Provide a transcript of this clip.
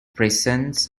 prisons